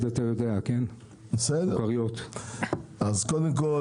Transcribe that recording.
קודם כל,